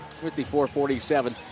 54-47